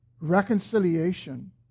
reconciliation